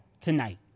tonight